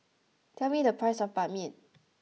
tell me the price of Ban Mian